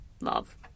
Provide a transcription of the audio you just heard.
love